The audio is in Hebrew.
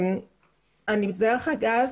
דרך אגב,